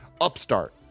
Upstart